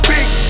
Big